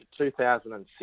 2006